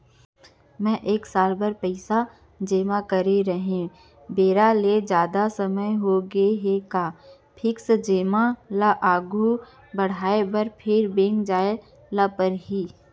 मैं एक साल बर पइसा जेमा करे रहेंव, बेरा ले जादा समय होगे हे का फिक्स जेमा ल आगू बढ़ाये बर फेर बैंक जाय ल परहि?